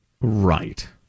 Right